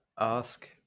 ask